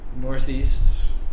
northeast